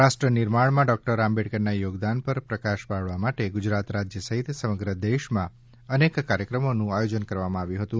રાષ્ટ્રનિર્માણમાં doctor આંબેડકરના યોગદાન પર પ્રકાશ પાડવા માટે ગુજરાત રાજ્ય સહિત સમગ્ર દેશમાં અનેક કાર્યક્રમોનું આયોજન કરવામાં આવ્યું હતું